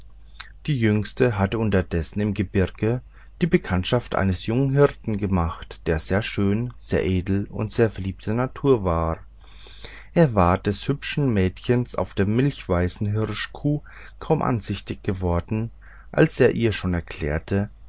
die jüngste hatte unterdessen im gebirge die bekanntschaft eines jungen hirten gemacht der sehr schön sehr edel und sehr verliebter natur war er war des hübschen mädchens auf der milchweißen hirschkuh kaum ansichtig geworden als er ihr schon erklärte